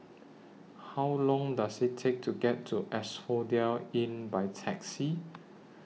How Long Does IT Take to get to Asphodel Inn By Taxi